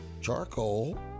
charcoal